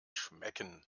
schmecken